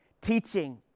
teaching